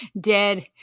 dead